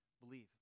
believe